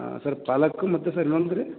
ಹಾಂ ಸರ್ ಪಾಲಕ್ಕು ಮತ್ತು ಸರ್ ಇನ್ನೊಂದು ರೀ